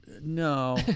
No